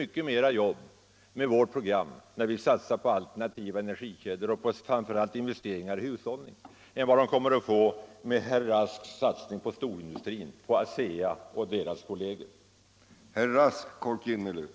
mycket mera jobb med vårt program, när vi satsar på alternativa energikällor och framför allt på investeringar i hushållen, än vad de kommer att få med herr Rasks satsning på storindustrin, på ASEA och liknande företag med sitt kärnkraftsprogram.